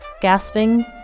Gasping